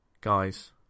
guys